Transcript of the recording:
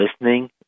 listening